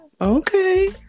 okay